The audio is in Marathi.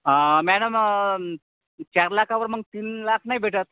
हां मॅडम चार लाखांवर मग तीन लाख नाही भेटत